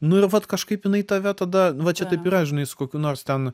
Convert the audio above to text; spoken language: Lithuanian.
nu ir vat kažkaip jinai tave tada va čia taip yra žinai su kokiu nors ten